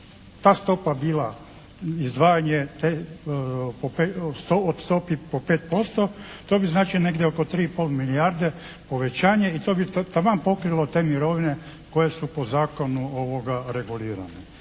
ta stopa bila izdvajanje od stopi po 5% to bi znači negdje oko 3 i pol milijarde povećanje i to bi taman pokrilo te mirovine koje su po zakonu regulirane.